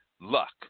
luck